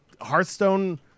Hearthstone